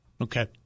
Okay